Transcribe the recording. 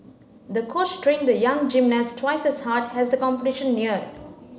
the coach trained the young gymnast twice as hard as the competition neared